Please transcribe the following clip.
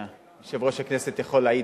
ויושב-ראש הכנסת יכול להעיד,